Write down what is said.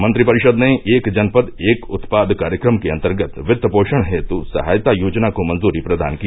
मंत्रिपरिषद ने एक जनपद एक उत्पाद कार्यक्रम के अन्तर्गत वित्त पोषण हेत् सहायता योजना को मंजूरी प्रदान की